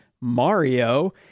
Mario